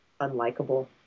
unlikable